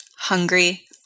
Hungry